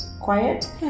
quiet